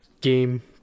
game